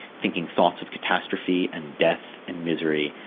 thinking thoughts of catastrophe and death and misery,